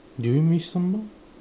do we miss some though